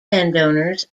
landowners